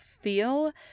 feel